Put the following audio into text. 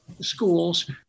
schools